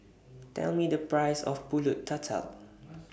Tell Me The Price of Pulut Tatal